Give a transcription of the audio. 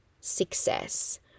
success